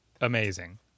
amazing